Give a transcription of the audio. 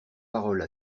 paroles